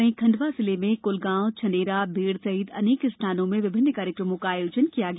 वहीं खंडवा जिले में कोलगाँव छनेरा बीड़ सहित अनेक स्थानों में विभिन्न कार्यक्रमों का आयोजन किया गया